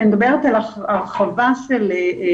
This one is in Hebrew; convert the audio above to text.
כשאני מדברת על הרחבת פעילות,